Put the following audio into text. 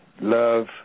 love